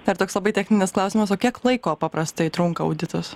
dar toks labai techninis klausimas o kiek laiko paprastai trunka auditas